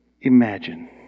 imagine